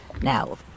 Now